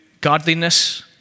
godliness